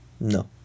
no